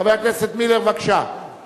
הרווחה והפנסיה והבריאות להכנתה לקריאה